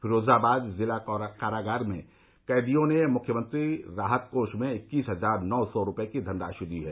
फिरोजाबाद जिला कारागार के कैदियों ने मुख्यमंत्री राहत कोष में इक्कीस हजार नौ सौ रूपये की धनराशि दी है